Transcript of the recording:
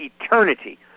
eternity